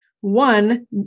One